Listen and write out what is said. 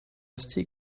still